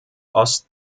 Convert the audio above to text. ost